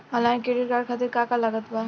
Online credit card खातिर का का लागत बा?